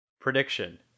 Prediction